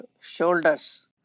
shoulders